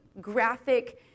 graphic